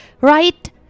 right